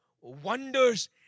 wonders